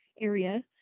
area